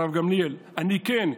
הרב גמליאל: אני כן.